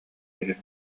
үһү